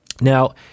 Now